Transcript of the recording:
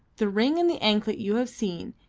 the ring and the anklet you have seen,